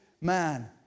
man